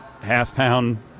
half-pound